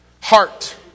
Heart